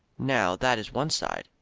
now that is one side.